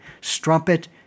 strumpet